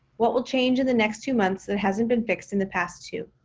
what will change in the next two months that hasn't been fixed in the past two?